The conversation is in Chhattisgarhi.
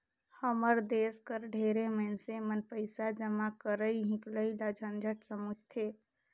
हमर देस कर ढेरे मइनसे मन पइसा जमा करई हिंकलई ल झंझट समुझथें